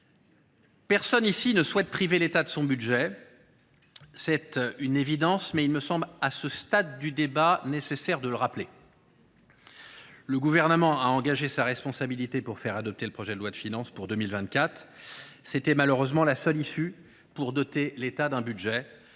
cet hémicycle ne souhaite priver l’État de son budget. C’est une évidence, mais il me semble nécessaire de la rappeler à ce stade du débat. Le Gouvernement a engagé sa responsabilité pour faire adopter le projet de loi de finances pour 2024. C’était malheureusement la seule issue afin de doter l’État d’un budget.